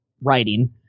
writing